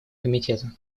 комитета